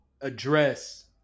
address